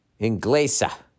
inglesa